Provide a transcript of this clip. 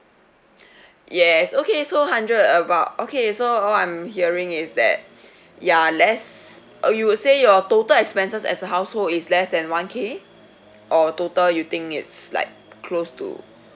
yes okay so hundred about okay so all I'm hearing is that you're less uh you would say your total expenses as a household is less than one K or total you think it's like close to